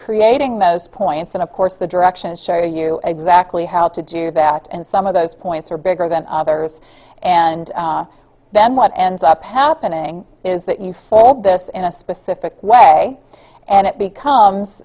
creating those points and of course the direction sure you exactly how to do that and some of those points are bigger than others and then what ends up happening is that you fold this in a specific way and it becomes